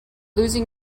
losing